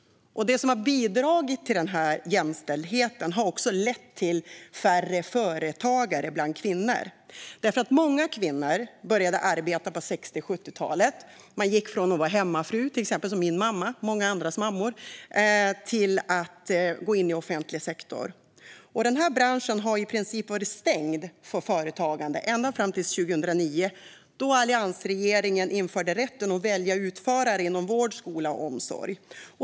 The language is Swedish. Det som har bidragit till jämställdheten har också lett till att vi har färre företagare bland kvinnor. Många kvinnor började arbeta på 60 och 70-talet. De gick från att vara hemmafruar - det gäller till exempel min mamma och många andras mammor - till att gå in i offentlig sektor. Denna bransch har i princip varit stängd för företagande ända fram till 2009, då alliansregeringen införde rätten att välja utförare inom vård, skola och omsorg.